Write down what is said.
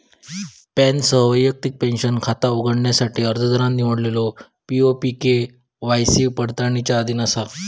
पॅनसह वैयक्तिक पेंशन खाता उघडण्यासाठी अर्जदारान निवडलेलो पी.ओ.पी के.वाय.सी पडताळणीच्या अधीन असा